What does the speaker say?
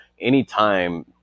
anytime